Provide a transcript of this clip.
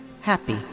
happy